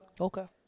Okay